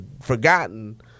Forgotten